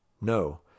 No